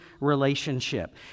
relationship